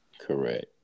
Correct